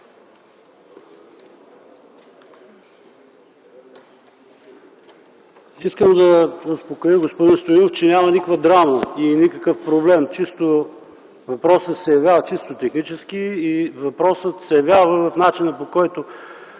Искам да успокоя господин Стоилов, че няма никаква драма и никакъв проблем. Въпросът се явява чисто технически и в начина, по който